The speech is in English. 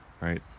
Right